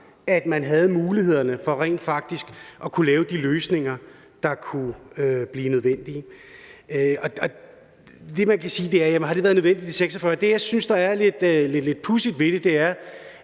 at man havde mulighederne for rent faktisk at kunne lave de løsninger, der kunne blive nødvendige. Det, man kan spørge om, er: Har det været nødvendigt 46 år? Det, jeg synes er lidt pudsigt ved det, er,